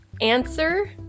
Answer